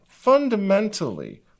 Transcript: fundamentally